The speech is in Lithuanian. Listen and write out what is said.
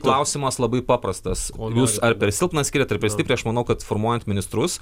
klausimas labai paprastas o jūs ar per silpną skiriat ar per stiprią aš manau kad formuojant ministrus